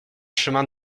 chemin